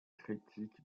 critique